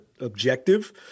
objective